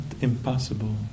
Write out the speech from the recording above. impossible